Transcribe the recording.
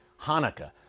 Hanukkah